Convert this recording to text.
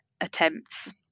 attempts